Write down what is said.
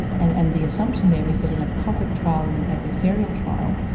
and and the assumption there is that in a public trial in an adversarial trial,